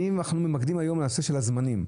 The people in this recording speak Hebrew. היום אנחנו מתמקדים בנושא הזמנים,